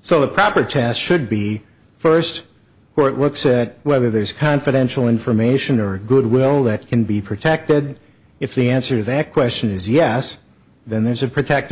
so the proper test should be first were at work said whether there's confidential information or goodwill that can be protected if the answer to that question is yes then there's a protect